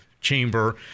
chamber